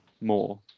more